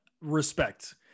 respect